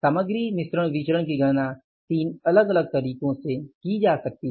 सामग्री मिश्रण विचरण की गणना 3 अलग अलग तरीकों से की जा सकती है